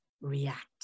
react